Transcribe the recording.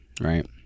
Right